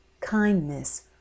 kindness